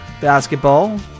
basketball